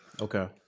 Okay